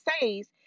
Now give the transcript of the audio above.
says